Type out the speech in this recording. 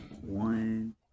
one